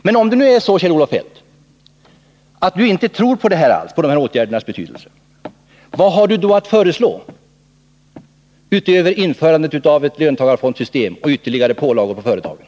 Men om det nu är så att du, Kjell-Olof Feldt, inte tror på de här åtgärdernas betydelse — vad har du då att föreslå utöver införande av ett löntagarfondsystem och ytterligare pålagor på företagen?